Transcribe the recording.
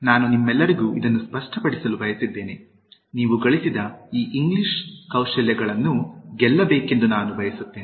ನಾನು ನಿಮ್ಮೆಲ್ಲರಿಗೂ ಇದನ್ನು ಸ್ಪಷ್ಟಪಡಿಸಲು ಬಯಸಿದ್ದೇನೆ ನೀವು ಗಳಿಸಿದ ಈ ಇಂಗ್ಲಿಷ್ ಕೌಶಲ್ಯಗಳನ್ನು ಗೆಲ್ಲಬೇಕೆಂದು ನಾನು ಬಯಸುತ್ತೇನೆ